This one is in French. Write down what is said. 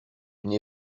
une